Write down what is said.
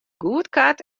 goedkard